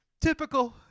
Typical